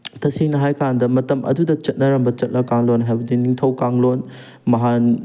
ꯇꯁꯦꯡꯅ ꯍꯥꯏꯀꯥꯟꯗ ꯃꯇꯝ ꯑꯗꯨꯗ ꯆꯠꯅꯔꯝꯕ ꯆꯠꯅ ꯀꯥꯟꯂꯣꯟ ꯍꯥꯏꯕꯗꯤ ꯅꯤꯡꯊꯧ ꯀꯥꯟꯂꯣꯟ